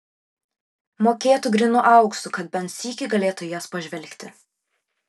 mokėtų grynu auksu kad bent sykį galėtų į jas pažvelgti